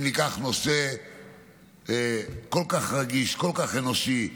אם ניקח נושא כל כך רגיש, כל כך אנושי,